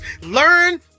Learn